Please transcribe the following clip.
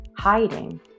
hiding